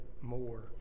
more